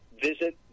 visit